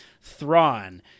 Thrawn